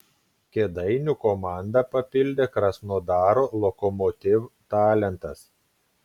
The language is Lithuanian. kėdainių komandą papildė krasnodaro lokomotiv talentas